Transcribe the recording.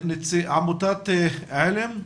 עמותת עלם.